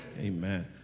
Amen